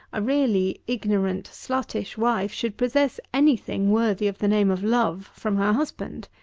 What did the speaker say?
a really ignorant, sluttish wife should possess any thing worthy of the name of love from her husband.